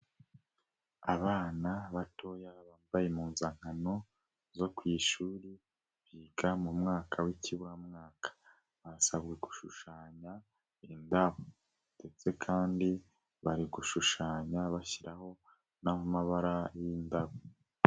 Abana batoya bambaye impunzankano zo ku ishuri biga mu mwaka w'ikibamwaka. Basabwe gushushanya indabo ndetse kandi bari gushushanya, bashyiraho n'amabara y'indabo.